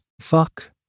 Fuck